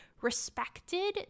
respected